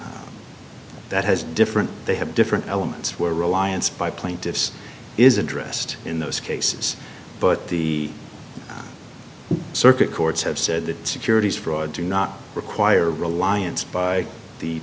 appellant that has different they have different elements where reliance by plaintiffs is addressed in those cases but the circuit courts have said that securities fraud do not require reliance by the